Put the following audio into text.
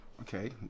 Okay